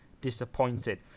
disappointed